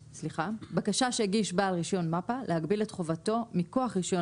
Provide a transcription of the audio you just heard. "בקשה שהגיש בעל רישיון מפ"א להגביל את חובתו מכוח רישיון